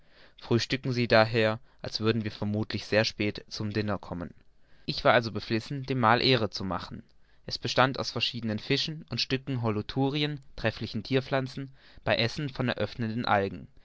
frühstücken sie daher als würden wir vermuthlich sehr spät zum diner kommen ich war also beflissen dem mahl ehre zu machen es bestand aus verschiedenen fischen und stücken holothurien trefflichen thierpflanzen bei essen von eröffnenden algen